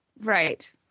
Right